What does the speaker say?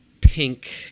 pink